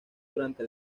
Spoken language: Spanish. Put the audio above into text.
durante